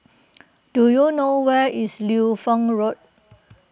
do you know where is Liu Fang Road